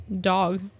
dog